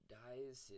dies